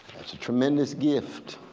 that's a tremendous gift